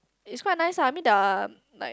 is quite nice ah I mean they are like